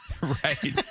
right